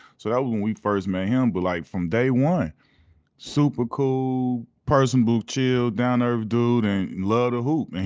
so that was when we first met him. but like from day one super cool, personable, chill, down to earth dude and loved to hoop.